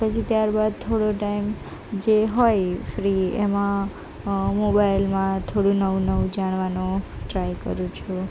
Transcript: પછી ત્યાર બાદ થોડો ટાઈમ જે હોય ફ્રી એમાં મોબાઇલમાં થોડું નવું નવું જાણવાનું ટ્રાય કરું છું